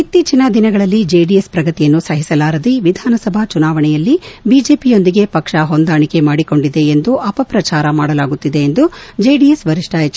ಇತ್ತೀಚಿನ ದಿನಗಳಲ್ಲಿ ಚೆಡಿಎಸ್ ಪ್ರಗತಿಯನ್ನು ಸಹಿಸಲಾರದೆ ವಿಧಾನಸಭಾ ಚುನಾವಣೆಯಲ್ಲಿ ಬಿಜೆಪಿಯೊಂದಿಗೆ ಪಕ್ಷ ಹೊಂದಾಣಿಕೆ ಮಾಡಿಕೊಂಡಿದೆ ಎಂದು ಅಪಪ್ರಚಾರ ಮಾಡಲಾಗುತ್ತಿದೆ ಎಂದು ಚೆಡಿಎಸ್ ವರಿಷ್ಠ ಎಚ್